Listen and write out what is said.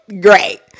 great